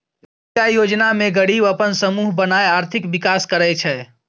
जीबिका योजना मे गरीब अपन समुह बनाए आर्थिक विकास करय छै